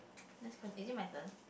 let's conti~ is it my turn